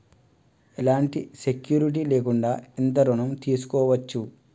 ఎలాంటి సెక్యూరిటీ లేకుండా ఎంత ఋణం తీసుకోవచ్చు?